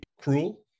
cruel